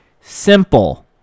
Simple